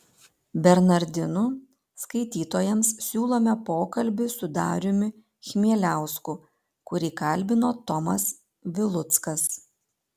bernardinų skaitytojams siūlome pokalbį su dariumi chmieliausku kurį kalbino tomas viluckas